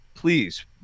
please